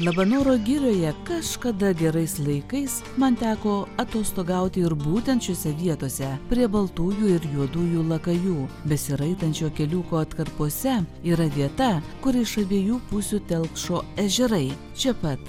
labanoro girioje kažkada gerais laikais man teko atostogauti ir būtent šiose vietose prie baltųjų ir juodųjų lakajų besiraitančio keliukų atkarpose yra vieta kur iš abiejų pusių telkšo ežerai čia pat